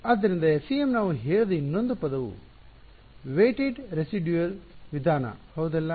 ಆದ್ದರಿಂದ FEM ನಾವು ಹೇಳಿದ ಇನ್ನೊಂದು ಪದವು ವೆಟೆಡ್ ರೆಸಿಡ್ಯುಯಲ್ ವಿಧಾನ ಹೌದಲ್ಲ